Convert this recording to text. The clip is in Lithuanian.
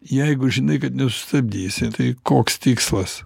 jeigu žinai kad nesustabdysi tai koks tikslas